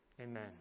Amen